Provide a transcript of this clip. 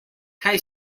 kaj